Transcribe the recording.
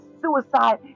suicide